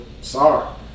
Sorry